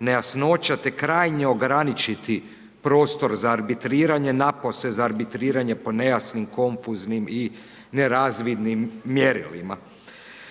nejasnoća te krajnje ograničiti prostor za arbitriranje napose za arbitriranje po nejasnim, konfuznim i nerazvidnim mjerilima.